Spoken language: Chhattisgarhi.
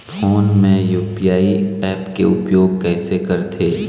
फोन मे यू.पी.आई ऐप के उपयोग कइसे करथे?